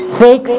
six